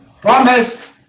Promise